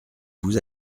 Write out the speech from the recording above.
vous